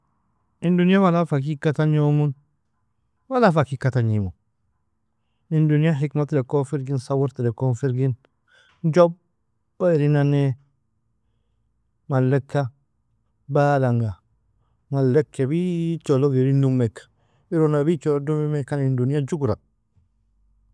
In dunya wala fa kikka tagnimu, wala fa kikka tagnimu, in dunya hikma terkon firgi, sabor trekon firgin, jubba irin nanae maleka balnga malek ibichon log irin dumek, iron ibichon log dumimankan in dunya jugra.